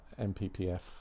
MPPF